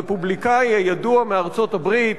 הרפובליקני הידוע מארצות-הברית,